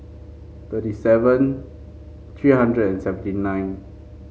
thirty seven three hundred and seventy nine